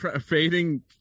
fading